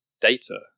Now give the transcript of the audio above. data